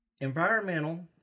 Environmental